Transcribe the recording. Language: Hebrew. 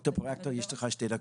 ד"ר פרואקטר יש לך שתי דקות,